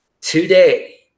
Today